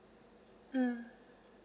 mm